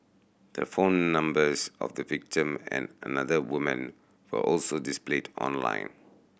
the phone numbers of the victim and another woman were also displayed online